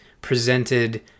presented